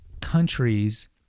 countries